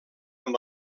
amb